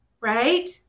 right